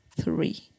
three